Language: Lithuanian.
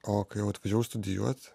o kai jau atvažiavau studijuot